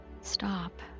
stop